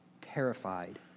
terrified